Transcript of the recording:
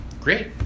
Great